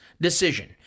decision